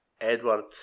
Edward